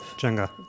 Jenga